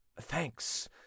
Thanks